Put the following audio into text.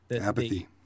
Apathy